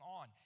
on